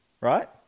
Right